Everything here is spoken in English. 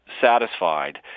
satisfied